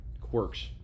quirks